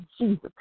Jesus